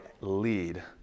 lead